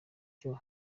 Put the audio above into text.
cyo